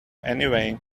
anyway